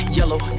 yellow